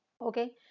Okay